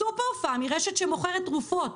סופרפארם היא רשת שמוכרת תרופות.